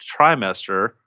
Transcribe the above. trimester